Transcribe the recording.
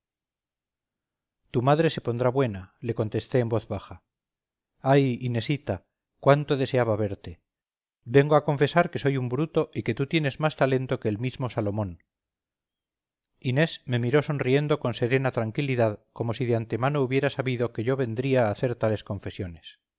tu madre se pondrá buena le contesté en voz baja ay inesita cuánto deseaba verte vengo a confesarte que soy un bruto y que tú tienes más talento que el mismo salomón inés me miró sonriendo con serena tranquilidad como si de antemano hubiera sabido que yo vendría a hacer tales confesiones